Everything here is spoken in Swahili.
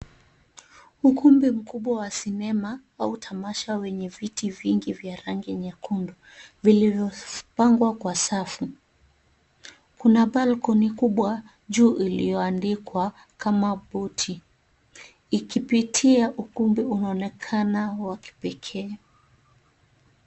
Ukumbi mkubwa wa sinema au tamasha wenye viti vingi vya rangi nyekundu vilivyopangwa kwa safu kuna balcony kubwa juu iliyoandikwa kama booti ikipitia ukumbi unaonekana wa kipekee.